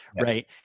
Right